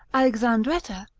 alexandretta,